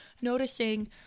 noticing